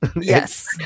Yes